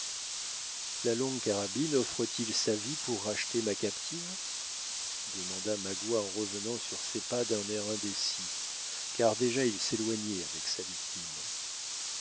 la longue carabine offre t il sa vie pour racheter ma captive demanda magua en revenant sur ses pas d'un air indécis car déjà il s'éloignait avec sa victime